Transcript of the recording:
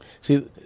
See